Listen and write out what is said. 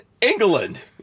england